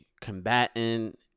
combatant